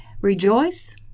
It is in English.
Rejoice